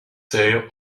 tale